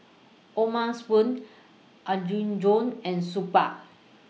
O'ma Spoon Apgujeong and Superga